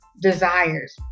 desires